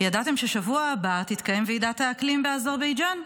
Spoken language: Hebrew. ידעתם שבשבוע הבא תתקיים ועידת האקלים באזרבייג'ן?